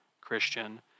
Christian